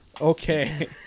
Okay